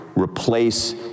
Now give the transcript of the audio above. replace